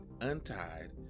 untied